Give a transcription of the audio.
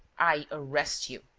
i arrest you.